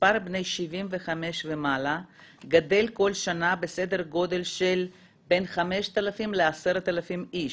מספר בני 75 ומעלה גדל כל שנה בסדר גודל של בין 5,000 ל-10,000 איש,